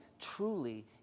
truly